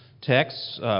texts